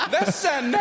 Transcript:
Listen